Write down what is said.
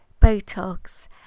Botox